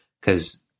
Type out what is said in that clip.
Cause